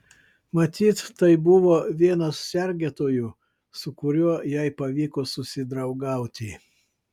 matyt tai buvo vienas sergėtojų su kuriuo jai pavyko susidraugauti